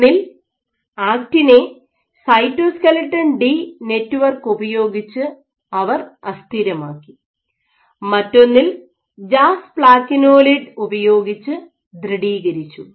ഒന്നിൽ ആക്റ്റിനെ സൈറ്റോസ്ക്ലെട്ടൺ ഡി സൈറ്റോ ഡി നെറ്റ്വർക്ക് ഉപയോഗിച്ച് അവർ അസ്ഥിരമാക്കി മറ്റൊന്നിൽ ജാസ്പ്ലാക്കിനോലൈഡ് ഉപയോഗിച്ച് ദൃഡീകരിച്ചു